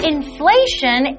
Inflation